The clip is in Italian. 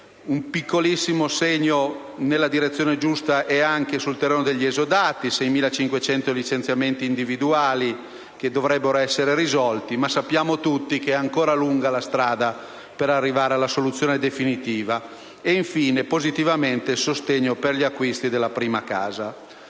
Un piccolissimo segno nella direzione giusta è arrivato anche sul terreno degli esodati: 6.500 licenziamenti individuali che dovrebbero essere risolti, ma sappiamo tutti che è ancora lunga la strada per arrivare alla soluzione definitiva. Infine, da valutare positivamente è anche il sostegno per l'acquisto della prima casa.